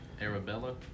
Arabella